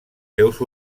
seus